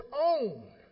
own